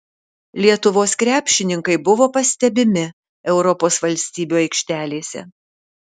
lietuvos krepšininkai buvo pastebimi europos valstybių aikštelėse